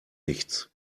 nichts